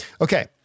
Okay